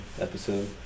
episode